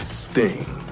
sting